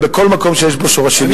ובכל מקום שיש בו שורשים יהודיים.